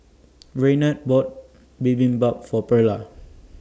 Raynard bought Bibimbap For Perla